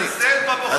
לזלזל בבוחרים שלכם?